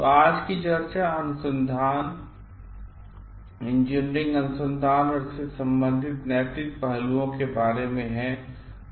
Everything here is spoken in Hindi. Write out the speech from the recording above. तो आज की चर्चा अनुसंधान और इंजीनियरिंग अनुसंधान और इससे संबंधित नैतिक पहलुओं के बारे में है